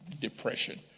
depression